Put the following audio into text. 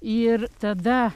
ir tada